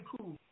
cool